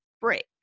break